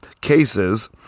cases